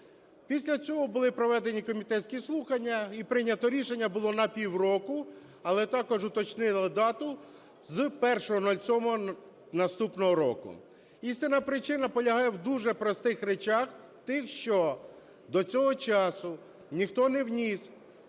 Після цього були проведені комітетські слухання, і прийнято рішення було на півроку, але також уточнили дату: з 01.07 наступного року. Істинна причина полягає в дуже простих речах. В тих, що до цього часу ніхто не вніс